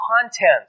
content